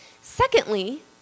Secondly